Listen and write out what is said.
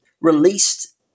released